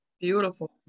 beautiful